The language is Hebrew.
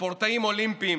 ספורטאים אולימפיים,